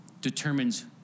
determines